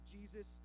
Jesus